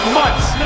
months